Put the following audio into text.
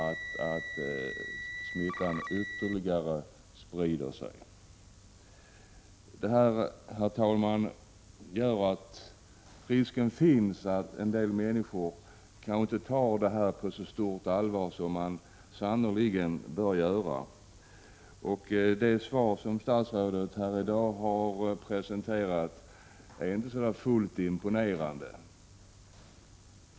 Därigenom kan smittan sprida sig ytterligare. Detta kan innebära att en del människor inte tar aids på så stort allvar som de sannerligen bör göra. Det svar som statsrådet har presenterat här i dag är inte så imponerande.